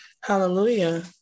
Hallelujah